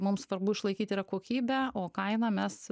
mums svarbu išlaikyti yra kokybę o kainą mes